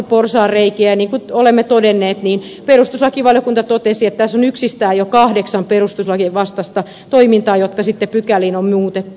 niin kuin olemme todenneet perustuslakivaliokunta totesi että tässä on jo kahdeksan yksistään perustuslakien vastaista toimintaa jotka sitten pykäliin on muutettu